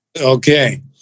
Okay